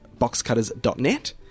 boxcutters.net